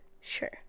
Sure